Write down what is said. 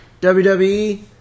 WWE